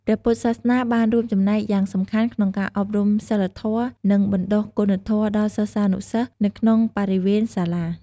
ព្រះពុទ្ធសាសនាបានរួមចំណែកយ៉ាងសំខាន់ក្នុងការអប់រំសីលធម៌ និងបណ្ដុះគុណធម៌ដល់សិស្សានុសិស្សនៅក្នុងបរិវេណសាលា។